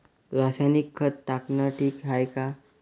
रासायनिक खत टाकनं ठीक हाये का?